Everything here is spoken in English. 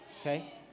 Okay